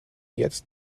jetzt